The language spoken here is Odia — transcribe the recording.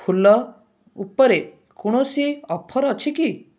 ଫୁଲ ଉପରେ କୌଣସି ଅଫର୍ ଅଛି କି